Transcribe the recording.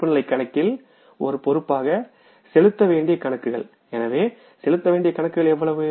இருப்புநிலைக் கணக்கில் ஒரு பொறுப்பாக செலுத்த வேண்டிய கணக்குகளாக வரும் எனவே செலுத்த வேண்டிய கணக்குகள் எவ்வளவு